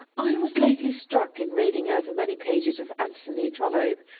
i was lately struck, in reading over many pages of anthony trollope,